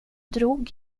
drog